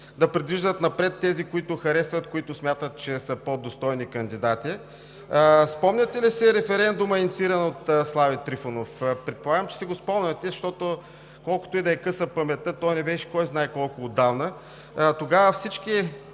да придвижат напред тези, които харесват, които смятат, че са по-достойни кандидати. Спомняте ли си референдума, иницииран от Слави Трифонов? Предполагам, че си го спомняте, защото, колкото и да е къса паметта, той не беше кой знае колко отдавна. Тогава всички